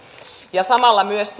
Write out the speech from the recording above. ja samalla myös